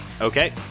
Okay